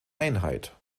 einheit